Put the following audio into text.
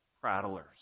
prattlers